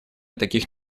таких